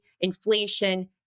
inflation